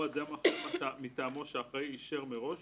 אן אדם אחר מטעמו שאחראי אישר מראש,